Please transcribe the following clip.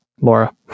Laura